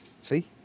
See